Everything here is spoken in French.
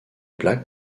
plaque